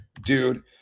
dude